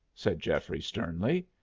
said geoffrey, sternly.